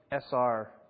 SR